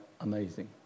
amazing